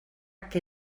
que